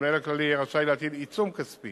המנהל הכללי יהיה רשאי להטיל עיצום כספי